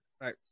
Right